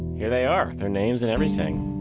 here they are, their names and everything.